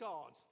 God